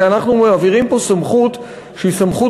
כי אנחנו מעבירים פה סמכות שהיא סמכות